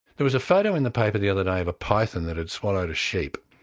there was a photo in the paper the other day of a python that had swallowed a sheep,